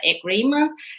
agreement